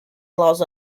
allows